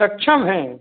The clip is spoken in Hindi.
सक्षम है